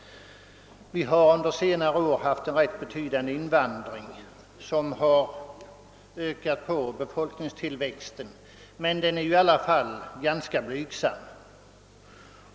Under senare år har vi haft en ganska betydande invandring som ökat befolkningstillväxten, men den är ändå ganska blygsam.